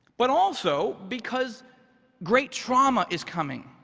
but also because great trauma is coming,